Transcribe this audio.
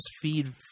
feed